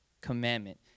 commandment